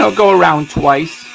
so go around twice.